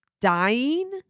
dying